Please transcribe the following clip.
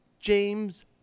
James